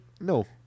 No